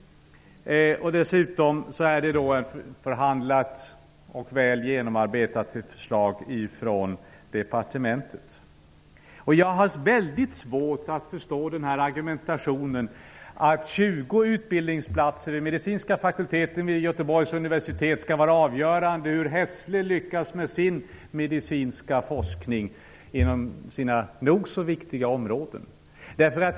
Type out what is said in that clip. Dessutom finns det ett förhandlat och väl genomarbetat förslag från departementet. Jag har väldigt svårt att förstå att 20 Göteborgs universitet skall vara avgörande för hur Hässle lyckas med sin medicinska forskning inom sina nog så viktiga områden.